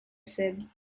said